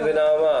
ולנעמה